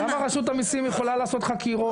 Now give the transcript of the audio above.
למה רשות המסים יכולה לעשות חקירות